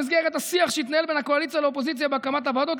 במסגרת השיח שהתנהל בין הקואליציה לאופוזיציה בהקמת הוועדות.